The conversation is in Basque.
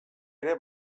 ere